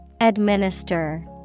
Administer